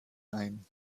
ein